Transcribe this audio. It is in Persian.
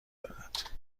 دارد